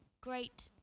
great